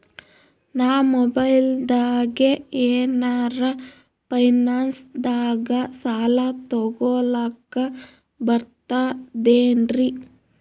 ನಾ ಮೊಬೈಲ್ದಾಗೆ ಏನರ ಫೈನಾನ್ಸದಾಗ ಸಾಲ ತೊಗೊಲಕ ಬರ್ತದೇನ್ರಿ?